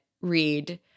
read